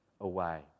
away